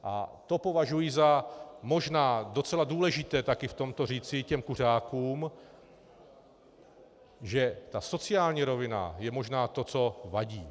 A to považuji za možná docela důležité taky v tomto říci i těm kuřákům, že ta sociální rovina je možná to, co vadí.